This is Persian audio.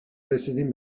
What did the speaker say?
رسیدین